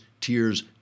Tears